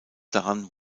daran